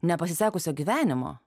nepasisekusio gyvenimo